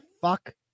fuck